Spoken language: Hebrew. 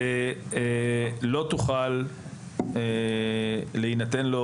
לא תוכל להינתן לו